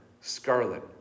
Scarlet